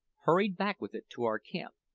hurried back with it to our camp.